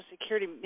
Security